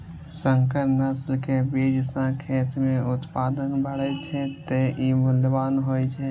संकर नस्ल के बीज सं खेत मे उत्पादन बढ़ै छै, तें ई मूल्यवान होइ छै